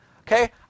Okay